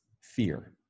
fear